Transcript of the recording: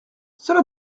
cela